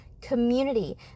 community